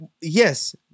yes